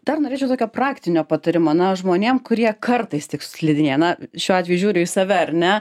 dar norėčiau tokio praktinio patarimo na žmonėm kurie kartais tik slidinėja na šiuo atveju žiūriu į save ar ne